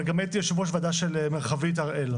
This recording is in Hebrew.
אבל גם הייתי יושב ראש ועדה של מרחבית הראל,